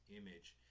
image